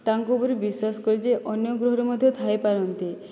ତାଙ୍କ ଉପରେ ବିଶ୍ଵାସ କରୁଛି ଯେ ଅନ୍ୟ ଗ୍ରହରେ ମଧ୍ୟ ଥାଇପାରନ୍ତି